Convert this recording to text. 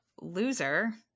loser